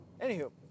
Anywho